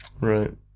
Right